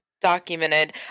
documented